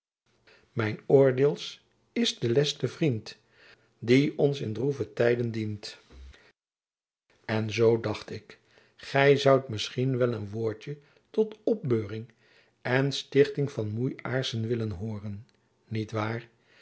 mijns oordeels ist de leste vrient die ons in droeve tijden dient en zoo dacht ik gy zoudt misschien wel een woordtjen tot opbeuring en stichting van moei aarssen willen hooren niet waar